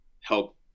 help